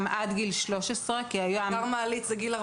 והילד שלה טבע